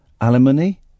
Alimony